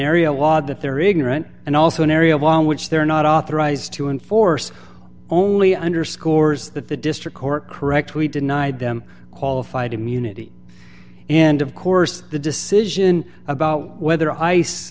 area law that they're ignorant and also an area of law which they're not authorized to enforce only underscores that the district court correctly denied them qualified immunity and of course the decision about whether ice